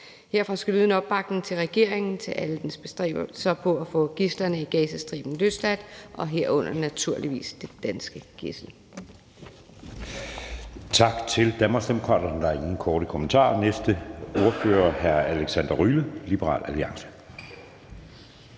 Herfra skal der lyde en opbakning til regeringen til alle dens bestræbelser på at få gidslerne i Gazastriben løsladt og herunder naturligvis det danske gidsel.